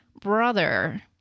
brother